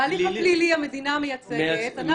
בהליך הפלילי המדינה מייצגת.